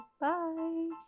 Bye